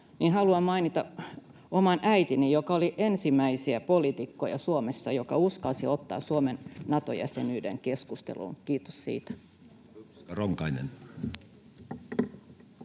haluan mainita oman äitini, joka oli Suomessa ensimmäisiä poliitikkoja, jotka uskalsivat ottaa Suomen Nato-jäsenyyden keskusteluun, kiitos siitä.